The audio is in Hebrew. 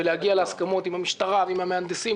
בלהגיע להסכמות עם המשטרה ועם המהנדסים.